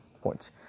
points